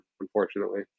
unfortunately